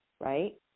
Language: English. right